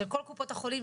של כל קופות החולים,